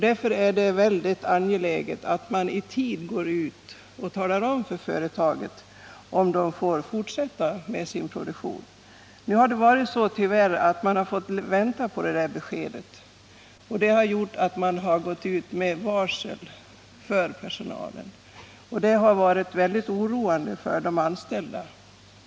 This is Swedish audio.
Därför är det mycket angeläget att man i tid går ut och talar om för företaget om det får fortsätta sin produktion. Nu har företaget tyvärr fått vänta på detta besked, och det har gjort att man har gått ut med varsel för personalen. Detta har varit mycket oroande för de anställda.